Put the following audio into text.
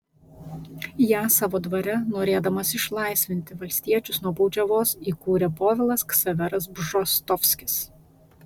ją savo dvare norėdamas išlaisvinti valstiečius nuo baudžiavos įkūrė povilas ksaveras bžostovskis